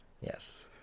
Yes